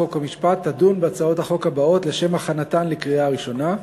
חוק ומשפט תדון בהצעות החוק האלה לשם הכנתן לקריאה ראשונה: